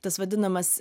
tas vadinamas